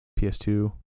PS2